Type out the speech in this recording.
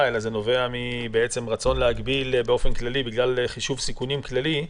אלא היא נובעת מהרצון להגביל באופן כללי בגלל חישוב סיכונים כללי,